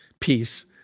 peace